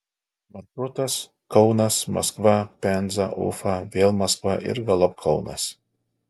maršrutas kaunas maskva penza ufa vėl maskva ir galop kaunas